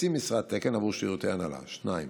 משרת תקן עבור שירותי הנהלה, ב.